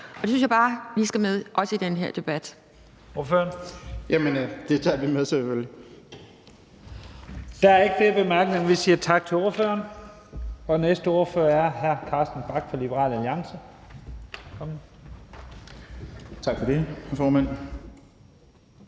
Og det synes jeg bare lige skal med, også i den her debat.